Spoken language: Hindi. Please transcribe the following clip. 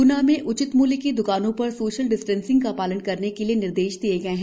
गुना जिले में उचित मुल्य की दुकानों पर सोशल डिस्टेंसिंग का पालन करने के निर्देश दिए गए हैं